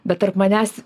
bet tarp manęs